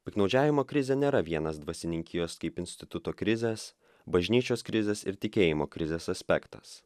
piktnaudžiavimo krizė nėra vienas dvasininkijos kaip instituto krizės bažnyčios krizės ir tikėjimo krizės aspektas